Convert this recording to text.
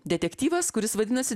detektyvas kuris vadinasi